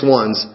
ones